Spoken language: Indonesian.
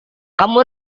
kamu